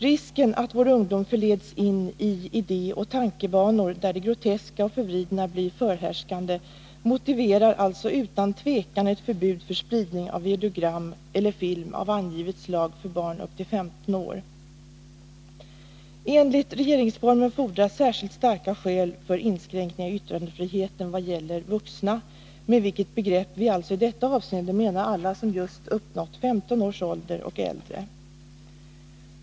Risken att vår ungdom förleds in i idé och tankebanor där det groteska och förvridna blir förhärskande motiverar utan tvekan ett förbud mot spridning av videogram eller film av angivet slag till barn upp till 15 år. Enligt regeringsformen fordras särskilt starka skäl för inskränkningar i yttrandefriheten vad gäller vuxna — med vilket begrepp vi i detta avseende alltså menar alla som just uppnått 15 års ålder och äldre.